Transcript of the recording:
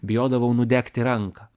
bijodavau nudegti ranką